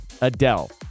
Adele